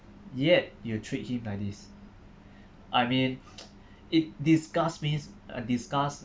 yet you treat him like this I mean it disgusts me uh disgust